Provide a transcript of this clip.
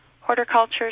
horticulture